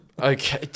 Okay